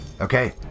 Okay